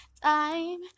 time